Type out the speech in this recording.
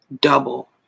double